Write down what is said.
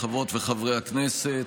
חברות וחברי הכנסת,